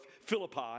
Philippi